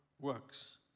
works